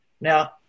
Now